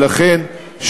לכן,